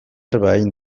egin